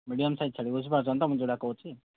medium size ଛେଳି ବୁଝିପାରୁଛନ୍ତି ତ ମୁଁ ଯେଉଁଟା କହୁଛି